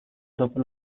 dopo